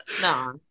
no